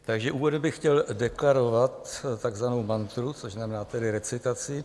Takže úvodem bych chtěl deklarovat takzvanou mantru, což znamená recitaci.